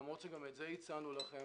למרות שגם את זה הצענו לכם